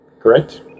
Correct